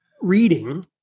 reading